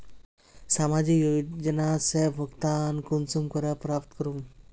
सामाजिक योजना से भुगतान कुंसम करे प्राप्त करूम?